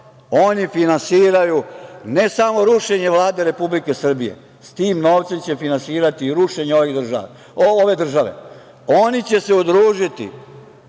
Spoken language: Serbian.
oni finansiraju ne samo rušenje Vlade Republike Srbije, s tim novcem će finansirati i rušenje ove države. Oni će se udružiti